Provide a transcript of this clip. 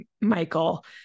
Michael